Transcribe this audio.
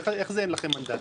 איך אין לכם מנדט?